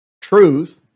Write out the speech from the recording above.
Truth